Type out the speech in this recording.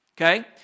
Okay